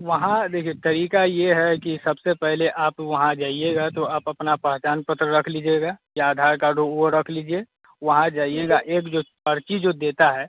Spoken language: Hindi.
वहाँ देखिए तरीका यह है कि सबसे पहले आप वहाँ जाइएगा तो आप अपना पहचान पत्र रख लीजिएगा या आधार कार्ड वह रख लीजिए वहाँ जाइएगा एक जो पर्ची जो देता है